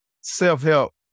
self-help